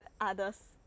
others